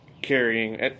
Carrying